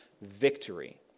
victory